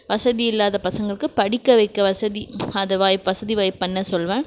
வசதி இல்லாத பசங்களுக்கு படிக்க வைக்க வசதி அது வாய்ப் வசதி வாய்ப்பு பண்ண சொல்வேன்